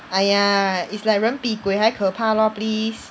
!aiya! it's like 人比鬼还可怕 lor please